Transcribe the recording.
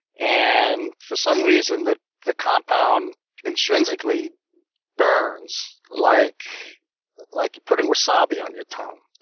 and for some reason, the the compound intrinsically burns, like like putting wasabi on your tongue.